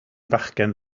fachgen